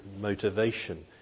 motivation